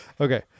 Okay